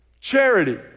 charity